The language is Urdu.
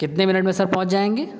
کتنے منٹ میں سر پہنچ جائیں گے